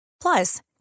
Plus